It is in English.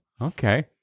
Okay